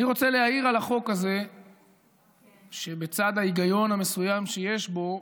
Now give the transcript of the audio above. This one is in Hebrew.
אני רוצה להעיר על החוק הזה שבצד ההיגיון המסוים שיש בו,